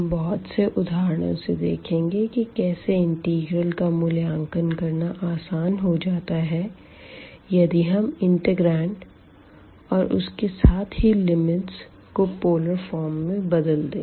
हम बहुत से उधाराणों से देखेंगे कि कैसे इंटीग्रल का मूल्यांकन करना आसान हो जाता है यदि हम इंटीग्रांड और उसके साथ ही लिमिट्स को पोलर फॉर्म में बदल दें